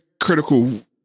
critical